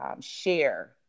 share